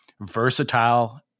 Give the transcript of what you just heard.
versatile